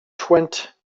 twente